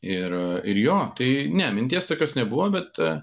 ir ir jo tai ne minties tokios nebuvo bet